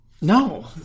No